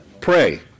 pray